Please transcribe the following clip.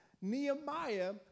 Nehemiah